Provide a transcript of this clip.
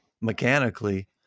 mechanically